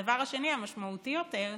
הדבר השני, המשמעותי יותר,